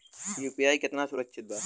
UPI कितना सुरक्षित बा?